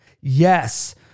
Yes